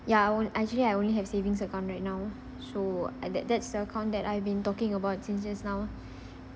ya I won't actually I only have savings account right now so uh that that's the account that I've been talking about since just now